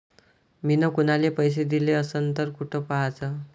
मिन कुनाले पैसे दिले असन तर कुठ पाहाचं?